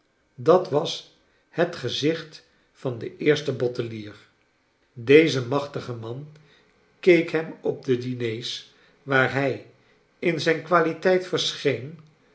dat was het gezicht van den eersten bottelier deze machtige man keek hem op de diners waar hij in zijn kwaliteit verscheen